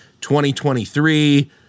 2023